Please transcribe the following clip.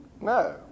No